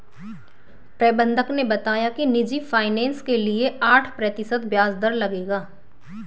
प्रबंधक ने बताया कि निजी फ़ाइनेंस के लिए आठ प्रतिशत ब्याज दर लगेगा